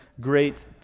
great